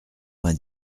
vingt